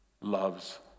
loves